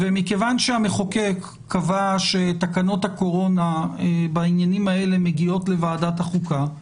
מכיוון שהמחוקק קבע שתקנות הקורונה בעניינים האלה מגיעות לוועדת החוקה,